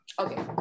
Okay